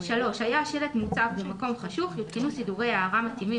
היה השלט מוצב במקום חשוך יותקנו סידורי הארה מתאימים,